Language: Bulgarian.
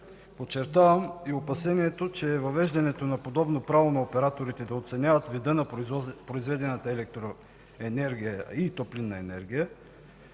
Подчертавам и опасението, че въвеждането на подобно право на операторите да оценяват вида на произведената електроенергия и топлинна енергия